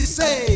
say